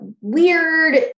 weird